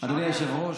אדוני היושב-ראש,